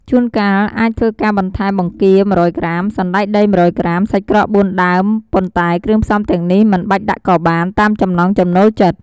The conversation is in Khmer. ជួនកាលអាចធ្វើការបន្ថែម បង្គា ១០០ក្រាម សណ្ដែកដី ១០០ក្រាម សាច់ក្រក ៤ដើម ប៉ុន្តែគ្រឿងផ្សំទាំងនេះមិនបាច់ដាក់ក៏បាន តាមចំណង់ចំណូលចិត្ត។